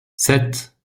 sept